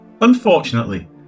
Unfortunately